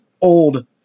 old